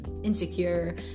insecure